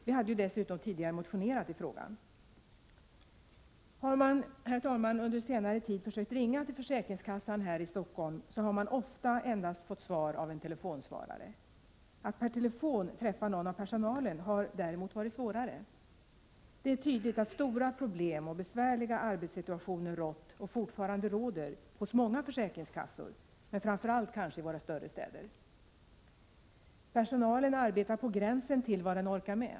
Vi hade dessutom tidigare motionerat i frågan. Om man, herr talman, under senare tid försökt ringa till försäkringskassan här i Stockholm, har man ofta endast fått svar av en telefonsvarare. Att per telefon träffa någon av personalen har däremot varit svårare. Det är tydligt att stora problem och besvärliga arbetsförhållanden har rått, och fortfarande råder, vid många försäkringskassor, kanske framför allt i våra större städer. Personalen arbetar på gränsen till vad den orkar med.